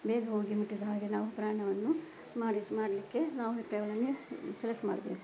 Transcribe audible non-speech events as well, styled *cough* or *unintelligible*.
ಬೇಗ ಹೋಗಿ ಮುಟ್ಟಿದ ಹಾಗೆ ನಾವು ಪ್ರಯಾಣವನ್ನು ಮಾಡಿಸಿ ಮಾಡಲಿಕ್ಕೆ ನಾವು *unintelligible* ಸೆಲೆಕ್ಟ್ ಮಾಡಬೇಕು